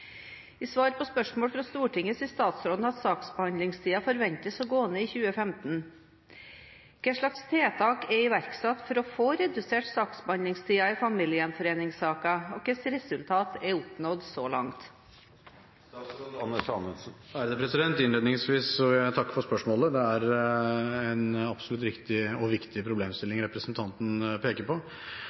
I svar på spørsmål fra Stortinget sier statsråden at saksbehandlingstiden forventes å gå ned i 2015. Hvilke tiltak er iverksatt for å få redusert saksbehandlingstiden i familiegjenforeningssaker, og hvilke resultater er oppnådd så langt?» Innledningsvis vil jeg takke for spørsmålet. Det er absolutt en riktig og viktig problemstilling representanten peker på.